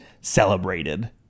celebrated